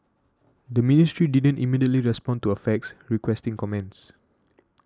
the ministry didn't immediately respond to a fax requesting comments